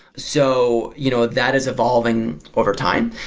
so, you know that is evolving over time.